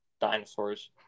dinosaurs